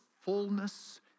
fullness